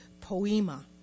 poema